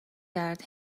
کرد